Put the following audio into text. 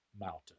mountain